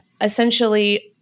essentially